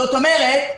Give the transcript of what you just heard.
זאת אומרת,